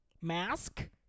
Mask